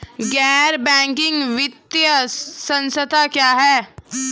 गैर बैंकिंग वित्तीय संस्था क्या है?